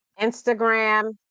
Instagram